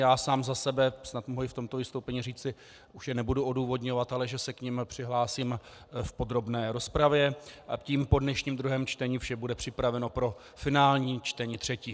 Já sám za sebe snad mohu i v tomto vystoupení říci, už je nebudu odůvodňovat, ale že se k nim přihlásím v podrobné rozpravě a tím po dnešním druhém čtení vše bude připraveno pro finální čtení třetí.